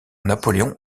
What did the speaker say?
napoléon